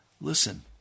Listen